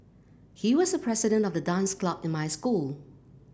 he was the president of the dance club in my school